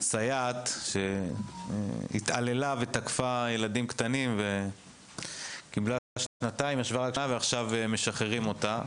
סייעת שהתעללה ותקפה ילדים קטנים וישבה רק שנתיים ועכשיו משחררים אותה.